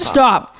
Stop